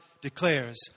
declares